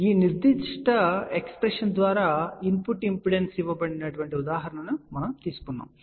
కాబట్టి ఈ నిర్దిష్ట ఎక్స్ప్రెషన్ ద్వారా ఇన్పుట్ ఇంపిడెన్స్ ఇవ్వబడిన ఉదాహరణను మనము తీసుకున్నాము